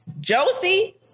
Josie